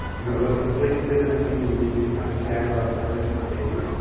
we're going to look at six different things you need to understand about the personal statement,